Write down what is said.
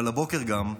אבל הבוקר, גם,